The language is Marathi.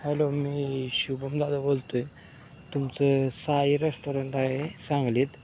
हॅलो मी शुभम दादा बोलतोय तुमचं साई रेस्टॉरंट आहे सांगलीत